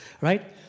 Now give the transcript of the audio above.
right